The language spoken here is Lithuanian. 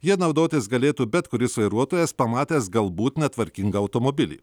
ja naudotis galėtų bet kuris vairuotojas pamatęs galbūt netvarkingą automobilį